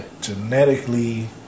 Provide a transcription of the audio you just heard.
Genetically